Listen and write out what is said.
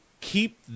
Keep